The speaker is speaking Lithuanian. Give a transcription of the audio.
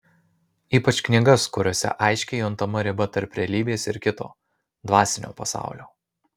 ypač knygas kuriose aiškiai juntama riba tarp realybės ir kito dvasinio pasaulio